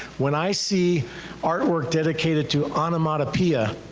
when i see artwork dedicated to onomatopoeia,